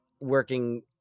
working